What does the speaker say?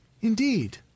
indeed